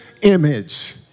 image